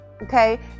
Okay